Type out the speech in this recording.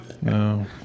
No